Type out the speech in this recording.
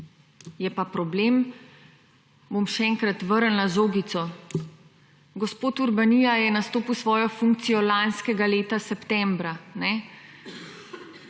je pa problem. Bom še enkrat vrnila žogico. Gospod Urbanija je nastopil svojo funkcijo lanskega leta septembra